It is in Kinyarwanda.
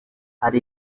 hari